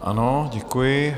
Ano, děkuji.